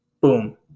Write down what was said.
boom